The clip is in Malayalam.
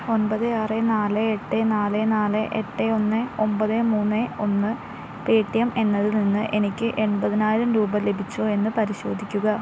ഒമ്പത് ആറ് നാല് എട്ട് നാല് നാല് എട്ട് ഒന്ന് ഒമ്പത് മൂന്ന് ഒന്ന് പേ ടി എം എന്നതിൽ നിന്ന് എനിക്ക് എൺപതിനായിരം രൂപ ലഭിച്ചോ എന്ന് പരിശോധിക്കുക